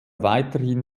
weiterhin